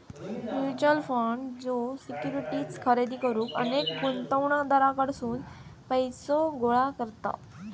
mutual fund ज्यो securities खरेदी करुक अनेक गुंतवणूकदारांकडसून पैसो गोळा करता